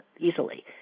easily